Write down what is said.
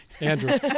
Andrew